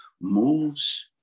moves